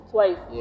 Twice